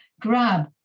grab